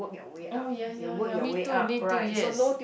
oh ya ya ya me too me too yes